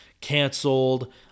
canceled